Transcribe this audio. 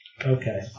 Okay